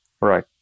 Right